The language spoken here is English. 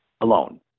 alone